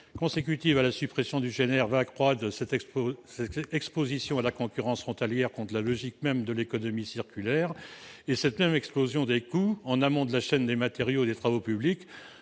consécutive à la suppression du GNR accroîtra cette exposition à la concurrence frontalière, contre la logique même de l'économie circulaire. Quant à l'explosion des coûts en amont de la chaîne des matériaux et des travaux publics,